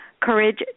Courage